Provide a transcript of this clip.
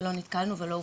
לא נתקלנו ולא הופנינו.